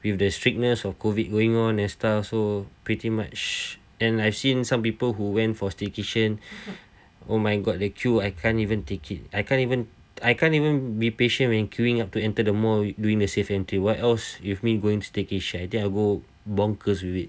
with the strictness of COVID going on and stuff so pretty much and I've seen some people who went for staycation oh my god the the queue I can't even take it I can't even I can't even be patient when queueing up to enter the mall doing the safe entry what else with me going to staycation I think I'll go bonkers with it